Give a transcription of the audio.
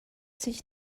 sich